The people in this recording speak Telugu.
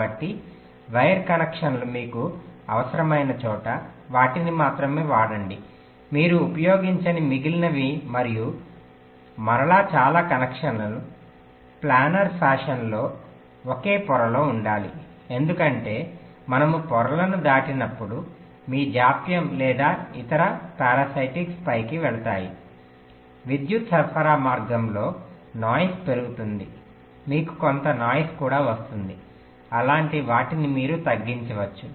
కాబట్టి వైర్ కనెక్షన్లు మీకు అవసరమైన చోట వాటిని మాత్రమే వాడండి మీరు ఉపయోగించని మిగిలినవి మరియు మరలా చాలా కనెక్షన్లు ప్లానర్ పద్ధతిలో ఒకే పొరలో ఉండాలి ఎందుకంటే మేము పొరలను దాటినప్పుడు మీ జాప్యం లేదా ఇతర పారాసిటిక్స్పైకి వెళ్తాయి విద్యుత్ సరఫరా మార్గంలో నాయిస్ పెరుగుతుంది మీకు కొంత నాయిస్ కూడా వస్తుంది అలాంటి వాటిని మీరు తగ్గించవచ్చు